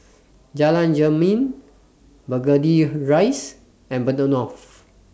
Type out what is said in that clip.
Jalan Jermin Burgundy Rise and Bedok North